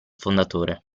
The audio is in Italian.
fondatore